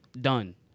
done